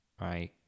right